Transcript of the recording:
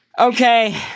Okay